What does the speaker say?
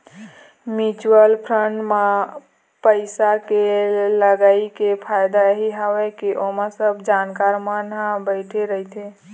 mutual fund म पइसा के लगई के फायदा यही हवय के ओमा सब जानकार मन ह बइठे रहिथे